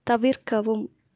தவிர்க்கவும்